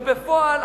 ובפועל,